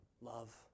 love